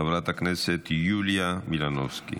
חברת הכנסת יוליה מלינובסקי.